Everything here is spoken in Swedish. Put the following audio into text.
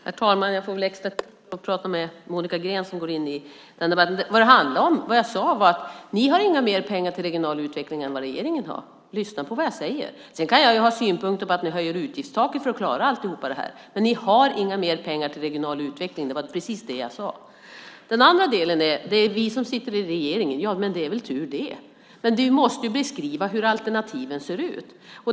Herr talman! Jag får väl extra tid för att prata med Monica Green som går in i debatten. Vad jag sade var att ni inte har mer pengar till regional utveckling än vad regeringen har. Lyssna på vad jag säger! Sedan kan jag ha synpunkter på att ni höjer utgiftstaket för att klara allt det här, men ni har inga mer pengar till regional utveckling. Det var precis det jag sade. Monica Green säger att det är vi som sitter i regeringen - ja, men det är väl tur det! Men du måste beskriva hur alternativen ser ut.